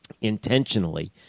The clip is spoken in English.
intentionally